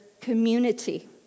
community